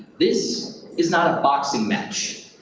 this is not a boxing match.